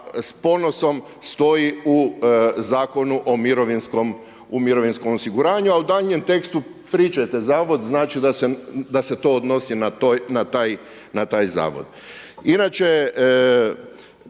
s ponosom stoji u Zakonu o mirovinskom osiguranju, a u daljnjem tekstu pričajte Zavod, znači da se to odnosi na taj Zavod. Inače,